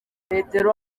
petero